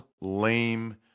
lame